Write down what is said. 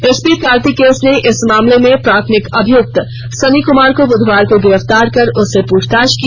SP Kartik S ने इस मामले में प्राथमिक अभियुक्त सनी कुमार को बुधवार को गिरफ्तार कर उससे पूछताछ की